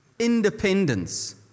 independence